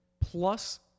plus